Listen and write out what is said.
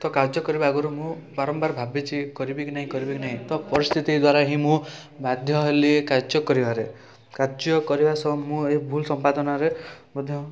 ତ କାର୍ଯ୍ୟ କରିବା ଆଗରୁ ମୁଁ ବାରମ୍ବାର ଭାବିଛି କରିବି କି ନାହିଁ କରିବି କି ନାହିଁ ତ ପରିସ୍ଥିତି ଦ୍ୱାରା ହିଁ ମୁଁ ବାଧ୍ୟ ହେଲି ଏ କାର୍ଯ୍ୟ କରିବାରେ କାର୍ଯ୍ୟ କରିବା ସହ ମୁଁ ଏ ଭୁଲ ସମ୍ପାଦନାରେ ମଧ୍ୟ